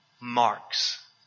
marks